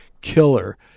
killer